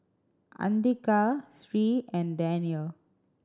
Andika Sri and Danial